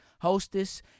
hostess